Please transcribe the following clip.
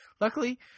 Luckily –